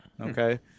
okay